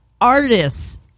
artists